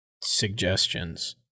suggestions